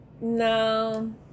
no